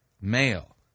male